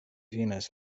finas